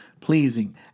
pleasing